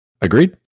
Agreed